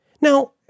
Now